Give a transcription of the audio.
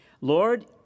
Lord